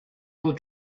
will